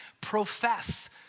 profess